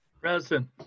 Present